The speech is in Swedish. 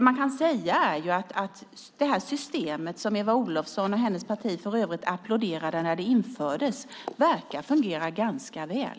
Man kan säga att detta system, som Eva Olofsson och hennes parti för övrigt applåderade när det infördes, verkar fungera ganska väl.